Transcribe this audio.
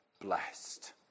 blessed